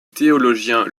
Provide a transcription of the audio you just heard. théologien